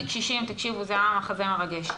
תקשיבו, זה היה מחזה מרגש,